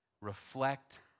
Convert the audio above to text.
reflect